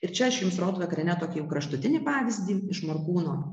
ir čia aš jums rodau jau tokį kraštutinį pavyzdį iš morkūno